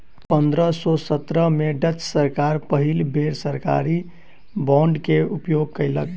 पंद्रह सौ सत्रह में डच सरकार पहिल बेर सरकारी बांड के उपयोग कयलक